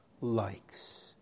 Likes